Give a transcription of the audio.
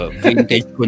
vintage